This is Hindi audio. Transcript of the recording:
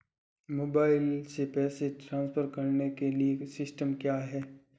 मोबाइल से पैसे ट्रांसफर करने के लिए सिस्टम क्या है?